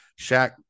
Shaq